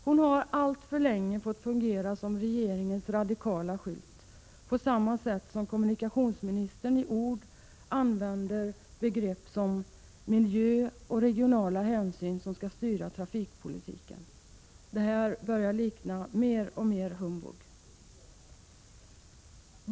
Hon har alltför länge fått fungera som regeringens radikala skylt, på samma sätt som kommunikationsministern i ord använder begrepp som ”miljöhänsyn och regionala hänsyn”, som skall styra trafikpolitiken. Detta börjar mer och mer likna humbug.